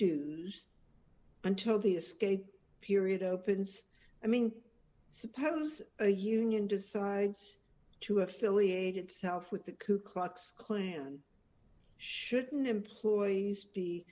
dues until the escape period opens i mean suppose a union decides to affiliated with the ku klux klan shouldn't employees be